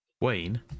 Wayne